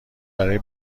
برای